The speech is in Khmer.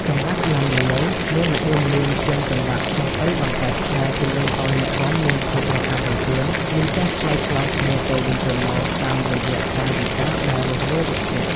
ចង្វាក់ឡាំលាវមានល្បឿនលឿនជាងចង្វាក់ដទៃបន្តិច ដែលជំរុញឱ្យអ្នករាំមានភាពរហ័សរហួន និងចេះឆ្លើយឆ្លងគ្នាទៅវិញទៅមកតាមរយៈកាយវិការដ៏រួសរាយរាក់ទាក់។